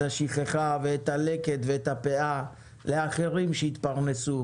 השכחה ואת הלקט ואת הפאה לאחרים שיתפרנסו.